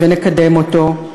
ונקדם אותו,